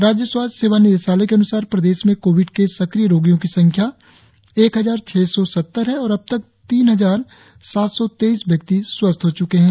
राज्य स्वास्थ्य सेवा निदेशालय के अन्सार प्रदेश में कोविड के सक्रिय रोगियों की संख्या एक हजार छह सौ सत्तर है और अबतक तीन हजार सात सौ तेईस व्यक्ति स्वस्थ हो चुके है